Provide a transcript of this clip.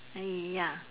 ya